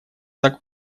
так